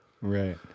Right